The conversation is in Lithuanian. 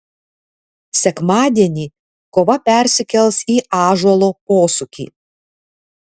sekmadienį kova persikels į ąžuolo posūkį